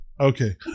Okay